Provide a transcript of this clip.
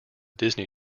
disney